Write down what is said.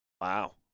wow